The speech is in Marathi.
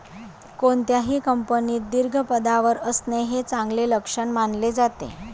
कोणत्याही कंपनीत दीर्घ पदावर असणे हे चांगले लक्षण मानले जाते